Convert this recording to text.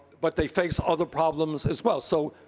but they face other problems, as well. so,